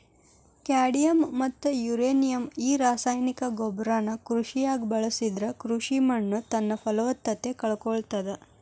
cadmium ಮತ್ತ uranium ಈ ರಾಸಾಯನಿಕ ಗೊಬ್ಬರನ ಕೃಷಿಯಾಗ ಬಳಸಿದ್ರ ಕೃಷಿ ಮಣ್ಣುತನ್ನಪಲವತ್ತತೆ ಕಳಕೊಳ್ತಾದ